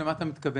למה אתה מתכוון?